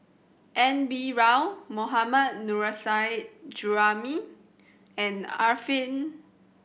N B Rao Mohammad Nurrasyid Juraimi and Arifin